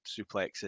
suplexes